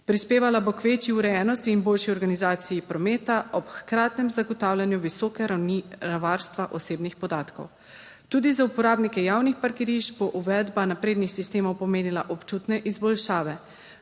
Prispevala bo k večji urejenosti in boljši organizaciji prometa, ob hkratnem zagotavljanju visoke ravni varstva osebnih podatkov. Tudi za uporabnike javnih parkirišč bo uvedba naprednih sistemov pomenila občutne izboljšave.